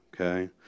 Okay